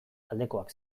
aldekoak